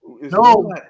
No